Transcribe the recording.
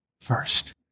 first